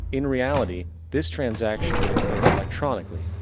in reality, this transaction would occur electronically.